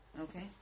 Okay